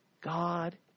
God